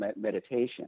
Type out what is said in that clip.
Meditation